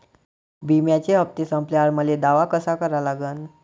बिम्याचे हप्ते संपल्यावर मले दावा कसा करा लागन?